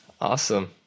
Awesome